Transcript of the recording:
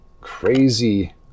crazy